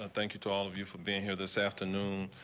ah thank you to all of you for being here this afternoon.